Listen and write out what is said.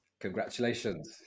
Congratulations